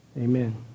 Amen